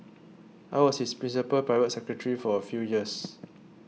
I was his principal private secretary for a few years